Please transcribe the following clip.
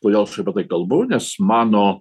kodėl aš apie tai kalbu nes mano